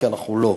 כי אנחנו לא.